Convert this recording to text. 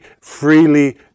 freely